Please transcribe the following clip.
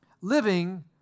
Living